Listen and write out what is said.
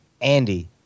Andy